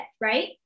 right